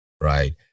right